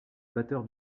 batteur